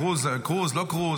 קרוז, לא קרוז.